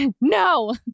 no